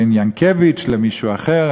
בין ינוקוביץ למישהו אחר,